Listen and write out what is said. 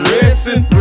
Racing